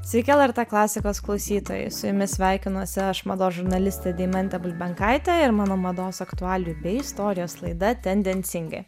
sveiki lrt klasikos klausytojai su jumis sveikinuosi aš mados žurnalistė deimantė bulbenkaitė ir mano mados aktualijų bei istorijos laida tendencingai